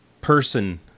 person